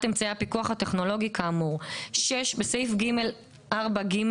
אמצעי הפיקוח הטכנולוגי כאמור."; (6)בסעיף 4(_ג),